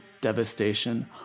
devastation